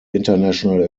international